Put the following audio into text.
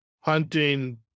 hunting